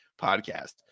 podcast